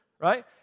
right